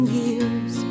years